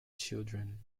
children